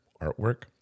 artwork